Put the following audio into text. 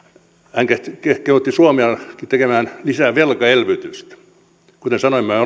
hän kehotti kehotti suomea tekemään lisää velkaelvytystä kuten sanoin mehän